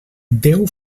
déu